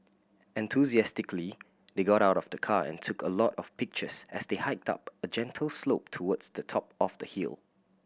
enthusiastically they got out of the car and took a lot of pictures as they hiked up a gentle slope towards the top of the hill